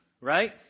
right